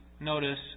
Notice